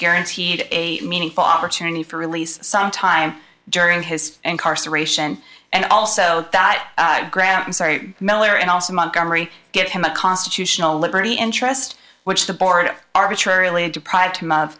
guaranteed a meaningful opportunity for release sometime during his incarceration and also that graham sorry miller and also montgomery give him a constitutional liberty interest which the board arbitrarily deprived him